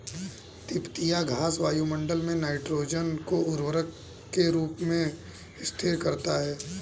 तिपतिया घास वायुमंडल से नाइट्रोजन को उर्वरक के रूप में स्थिर करता है